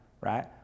right